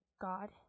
God